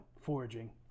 foraging